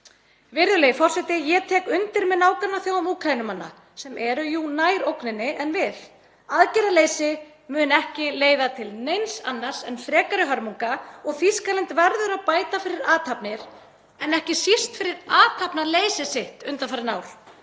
Virðulegi forseti. Ég tek undir með nágrannaþjóðum Úkraínumanna sem eru jú nær ógninni en við. Aðgerðaleysi mun ekki leiða til neins annars en frekari hörmunga og Þýskaland verður að bæta fyrir athafnir en ekki síst fyrir athafnaleysi sitt undanfarin ár.